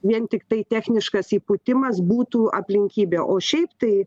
vien tiktai techniškas įpūtimas būtų aplinkybė o šiaip tai